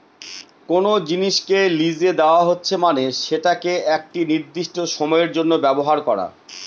কোনো জিনিসকে লিসে দেওয়া হচ্ছে মানে সেটাকে একটি নির্দিষ্ট সময়ের জন্য ব্যবহার করা